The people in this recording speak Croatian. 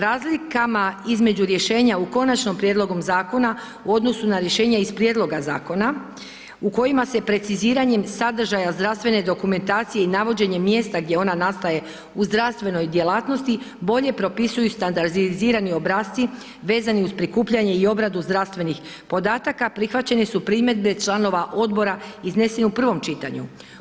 Razlikama između rješenja u konačnom prijedlogu zakona u odnosu na rješenja iz prijedloga zakona u kojim se preciziranjem sadržaja zdravstvene dokumentacije i navođenje mjesta gdje ona nastaje u zdravstvenoj djelatnosti, bolje propisuju standardizirani obrasci vezani uz prikupljanje i obradu zdravstvenih podataka, prihvaćeni su primjedbe članova odbora izneseni u prvom čitanju.